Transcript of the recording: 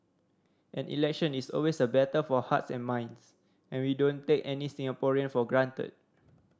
an election is always a battle for hearts and minds and we don't take any Singaporean for granted